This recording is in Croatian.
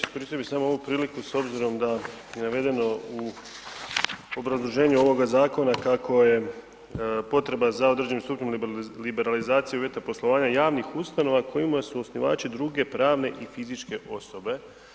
Iskoristio bih samo ovu priliku s obzirom da je navedeno u obrazloženju ovoga zakona kako je potreba za određenim stupnjem liberalizacije uvjeta poslovanja javnih ustanova kojima su osnivači druge pravne i fizičke osobe.